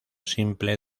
simple